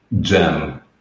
gem